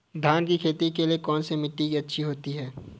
धान की खेती के लिए कौनसी मिट्टी अच्छी होती है?